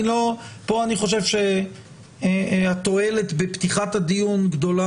פה אני חושב שהתועלת בפתיחת הדיון גדולה